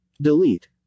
Delete